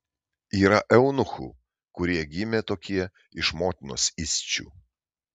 yra eunuchų kurie gimė tokie iš motinos įsčių